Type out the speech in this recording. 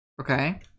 Okay